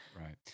Right